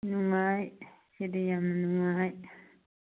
ꯅꯨꯡꯉꯥꯏ ꯁꯤꯗꯤ ꯌꯥꯝ ꯅꯨꯡꯉꯥꯏ